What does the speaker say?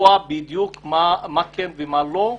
לקבוע בדיוק מה כן ומה לא,